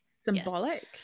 symbolic